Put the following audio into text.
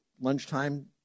Lunchtime